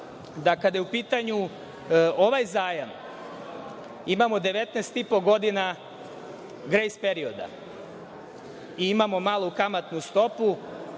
da, kada je u pitanju ovaj zajam, imamo 19,5 godina grejs perioda i imamo malu kamatnu stopu